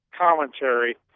commentary